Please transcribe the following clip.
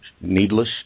needless